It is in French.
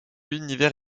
l’univers